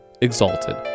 exalted